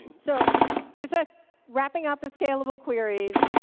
so just wrapping up the scascalable queries,